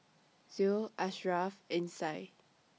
Zul Asharaff and Syah